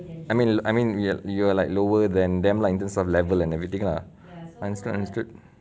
I mean I mean you you are like lower than them lah in terms of level and everything lah understood understood